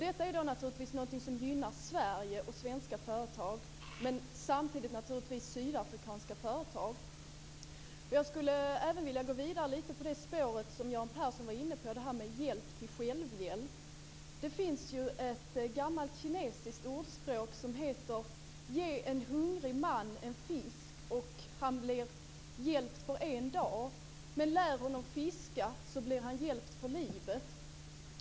Detta är naturligtvis något som gynnar Sverige och svenska företag men naturligtvis samtidigt också sydafrikanska företag. Jag skulle också lite grann vilja gå vidare på det spår som Göran Persson var inne på. Det gäller då detta med hjälp till självhjälp. Det finns ett gammalt kinesiskt ordspråk: Ge en hungrig man en fisk och han blir hjälpt för en dag. Men lär honom fiska så blir han hjälpt för livet.